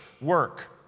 work